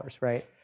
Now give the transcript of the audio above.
right